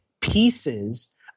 pieces